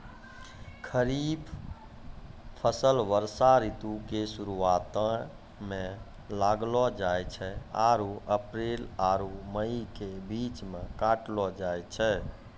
खरीफ फसल वर्षा ऋतु के शुरुआते मे लगैलो जाय छै आरु अप्रैल आरु मई के बीच मे काटलो जाय छै